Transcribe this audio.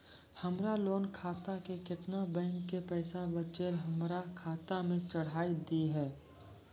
हमरा लोन खाता मे केतना बैंक के पैसा बचलै हमरा खाता मे चढ़ाय दिहो?